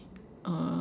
uh